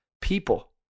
people